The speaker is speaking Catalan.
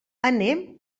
anem